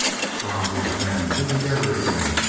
strozzi's men drew together again,